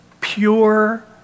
pure